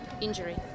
injury